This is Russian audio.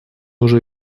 уже